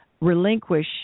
relinquish